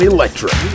Electric